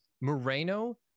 Moreno